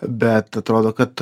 bet atrodo kad